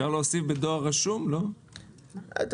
שישה חודשים לפני